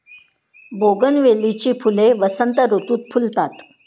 बोगनवेलीची फुले वसंत ऋतुत फुलतात